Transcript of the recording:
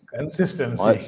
Consistency